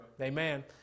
Amen